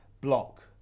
block